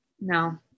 No